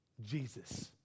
Jesus